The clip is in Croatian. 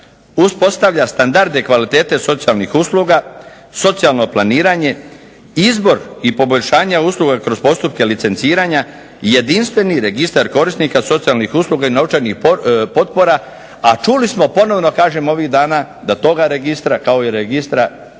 uspostavlja standarde kvalitete socijalnih usluga, socijalno planiranje, izbor i poboljšanja usluga kroz postupke licenciranja, jedinstveni registar korisnika socijalnih usluga i novčanih potpora, a čuli smo ponovno kažem ovih dana da toga registra, kao i registra osoba